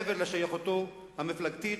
מעבר להשתייכותו המפלגתית,